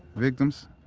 victims,